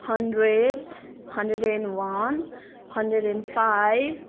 hundred hundred and one hundred and five